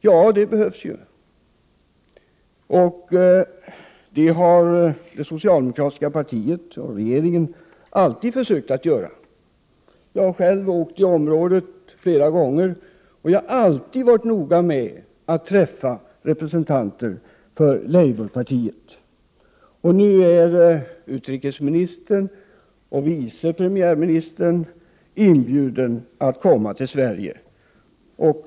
Ja, det behövs. Det socialdemokratiska partiet och regeringen har alltid försökt göra det. Jag har själv flera gånger rest i området och alltid varit noga med att träffa representanter för labourpartiet. Nu är utrikesministern och vice premiärministern bjudna att komma till Sverige.